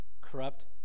corrupt